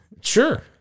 sure